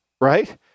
right